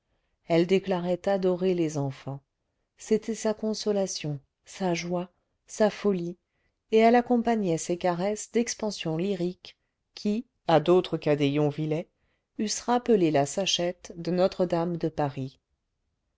elle déclarait adorer les enfants c'était sa consolation sa joie sa folie et elle accompagnait ses caresses d'expansions lyriques qui à d'autres qu'à des yonvillais eussent rappelé la sachette de notre-dame de paris